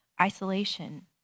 isolation